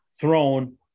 thrown